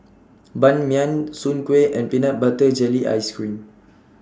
Ban Mian Soon Kueh and Peanut Butter Jelly Ice Cream